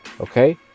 okay